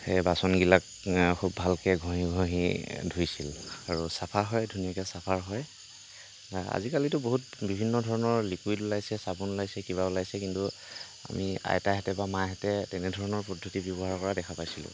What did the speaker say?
সেই বাচনগিলাক খুব ভালকৈ ঘঁহি ঘঁহি ধুইছিল আৰু চাফা হয় ধুনীয়াকৈ চাফা হয় আজিকালিতো বহুত বিভিন্ন ধৰণৰ লিকুইড ওলাইছে চাবোন ওলাইছে কিবা ওলাইছে কিন্তু আমি আইতাহঁতে বা মাহঁতে তেনেধৰণৰ পদ্ধতি ব্যৱহাৰ কৰা দেখা পাইছিলোঁ